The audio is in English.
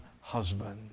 husband